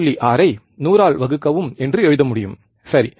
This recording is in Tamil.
6 ஐ 100 ஆல் வகுக்கவும் என்று எழுத முடியும் சரி